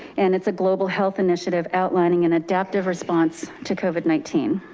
and it's a global health initiative outlining an adaptive response to covid nineteen.